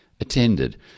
attended